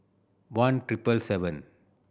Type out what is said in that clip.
one triple seven